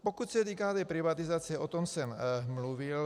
Pokud se týká privatizace, o tom jsem mluvil.